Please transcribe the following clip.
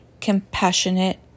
compassionate